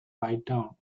bytown